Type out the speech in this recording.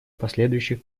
последующих